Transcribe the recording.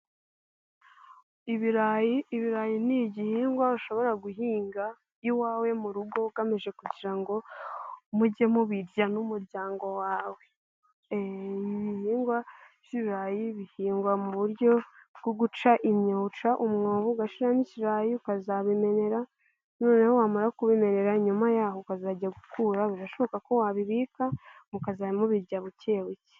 Ibirayi ni igihingwa ushobora guhinga iwawe mu rugo, ugamije kugira ngo mujye mubirya n'umuryango wawe. Ibihingwa by'ibirayi bihingwa mu buryo bwo guca umwobo Ugashiramo ikirayi, ukazabimera ,noneho wamara kubimerera, nyuma yaho ukazajya gukura, birashoboka ko wabibika mukazajya mubirya bukebuke.